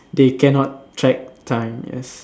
they cannot track time yes